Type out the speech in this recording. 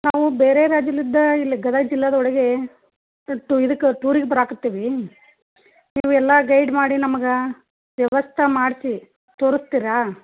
ನಾವು ಬೇರೆ ರಾಜ್ಯಲಿದ್ದ ಇಲ್ಲಿ ಗದಗ್ ಜಿಲ್ಲಾದೊಳಗೆ ಟು ಇದಕ್ಕೆ ಟೂರಿಗೆ ಬರಾಕತ್ತೀವಿ ನೀವೆಲ್ಲ ಗೈಡ್ ಮಾಡಿ ನಮಗೆ ವ್ಯವಸ್ಥೆ ಮಾಡಿಸಿ ತೋರಿಸ್ತೀರಾ